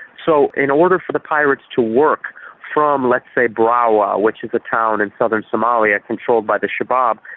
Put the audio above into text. so in order for the pirates to work from, let's say, braawe which is a town in southern somalia controlled by the shabaab,